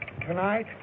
tonight